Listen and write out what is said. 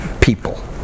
people